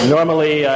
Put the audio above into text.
Normally